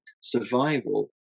survival